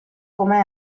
come